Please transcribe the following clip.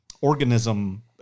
organism